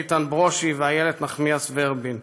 איתן ברושי ואיילת נחמיאס ורבין.